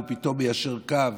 ופתאום מיישר קו,